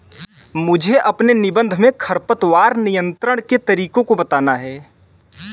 मुझे अपने निबंध में खरपतवार नियंत्रण के तरीकों को बताना है